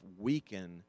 weaken